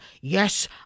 Yes